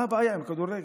מה הבעיה עם כדורגל?